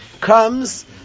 comes